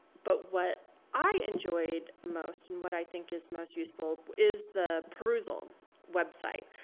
but what i enjoyed most, and what i think is most useful, is the perusal website.